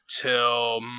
till